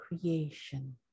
creation